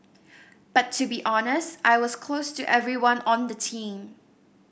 but to be honest I was close to everyone on the team